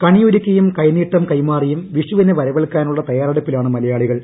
കണിയൊരുക്കിയും കൈനീട്ടം കൈമാറിയും വിഷുവിനെ വരവേൽക്കാനുള്ള തയ്യാറെടുപ്പിലാണ് മലയാളികൾ